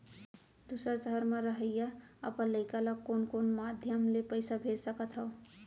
दूसर सहर म रहइया अपन लइका ला कोन कोन माधयम ले पइसा भेज सकत हव?